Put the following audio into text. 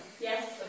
Yes